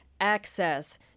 access